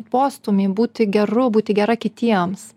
postūmį būti geru būti gera kitiems